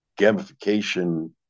gamification